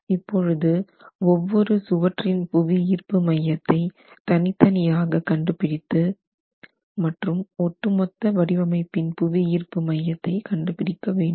இப்பொழுது ஒவ்வொரு சுவற்றின் புவியீர்ப்பு மையத்தை தனித்தனியாக கண்டுபிடித்து மற்றும் ஒட்டுமொத்த வடிவமைப்பின் புவியீர்ப்பு மையத்தை கண்டுபிடிக்க வேண்டும்